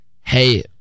hey